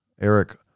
Eric